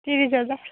ত্ৰিছ হেজাৰ